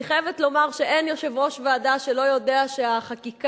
אני חייבת לומר שאין יושב-ראש ועדה שלא יודע שהחקיקה,